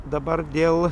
dabar dėl